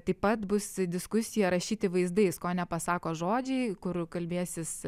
taip pat bus diskusija rašyti vaizdais ko nepasako žodžiai kur kalbėsis